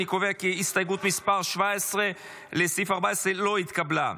אני קובע כי הסתייגות 17 לסעיף 14 לא התקבלה.